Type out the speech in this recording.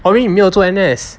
orh 因为你没有做 N_S